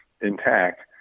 intact